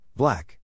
Black